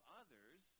others